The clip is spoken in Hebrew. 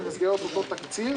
במסגרת אותו תקציב,